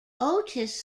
otis